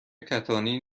کتانی